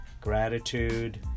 gratitude